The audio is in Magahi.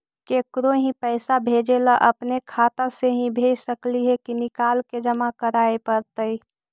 केकरो ही पैसा भेजे ल अपने खाता से ही भेज सकली हे की निकाल के जमा कराए पड़तइ?